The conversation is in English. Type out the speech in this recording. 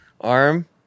Arm